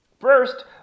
first